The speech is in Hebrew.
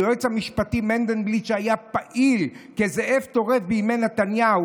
היועץ המשפטי מנדלבליט שהיה פעיל כזאב טורף בימי נתניהו